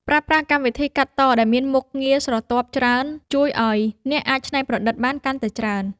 ប្រើប្រាស់កម្មវិធីកាត់តដែលមានមុខងារស្រទាប់ច្រើនជួយឱ្យអ្នកអាចច្នៃប្រឌិតបានកាន់តែច្រើន។